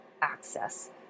access